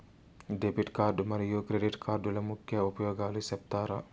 Debit card మరియు credit కార్డుల ముఖ్య ఉపయోగాలు సెప్తారా?